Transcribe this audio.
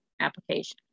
application